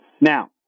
Now